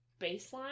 baseline